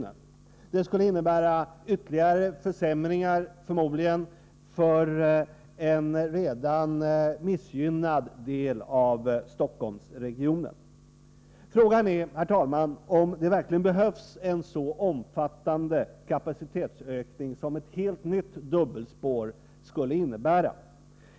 Det skulle förmodligen innebära ytterligare försämringar för en redan missgynnad del av Stockholmsregionen. Frågan är, herr talman, om det verkligen behövs en så omfattande kapacitetsökning som ett helt nytt dubbelspår skulle innebära.